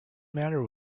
matter